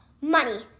money